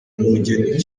n’ubugeni